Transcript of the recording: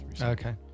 Okay